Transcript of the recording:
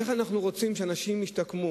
איך אנחנו רוצים שאנשים ישתקמו